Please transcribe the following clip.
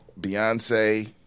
beyonce